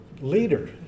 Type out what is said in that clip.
leader